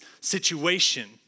situation